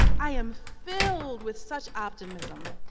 i am filled with such optimism.